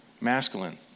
masculine